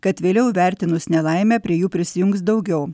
kad vėliau įvertinus nelaimę prie jų prisijungs daugiau